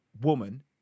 woman